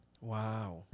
Wow